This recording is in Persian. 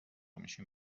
میشیم